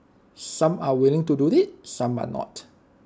some are willing to do IT some are not